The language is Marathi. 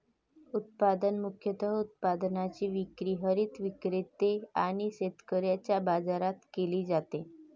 उत्पादन मुख्य उत्पादनाची विक्री हरित विक्रेते आणि शेतकऱ्यांच्या बाजारात केली जाते